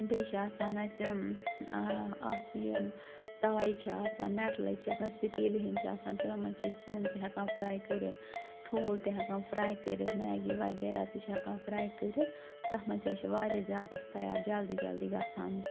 بیٚیہِ چھِ آسان اَسہِ اَکھ یِم تایہِ چھِ آسان مٮ۪ٹلٕچ چھِ آسان سِٹیٖل ہٕنٛدۍ چھِ آسان تِمَن مَنٛز چھِ أسۍ سیُن تہِ ہٮ۪کان فرٛے کٔرِتھ ٹھوٗل تہِ ہٮ۪کان فرٛے کٔرِتھ مٮ۪گی وَغیرہ تہِ چھِ ہٮ۪کان فرٛے کٔرِتھ تَتھ منٛز تہِ حظ أسۍ چھِ واریاہ زیادٕ اَسہِ تیار جلدی جلدی گَژھان